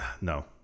No